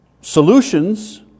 solutions